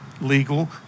legal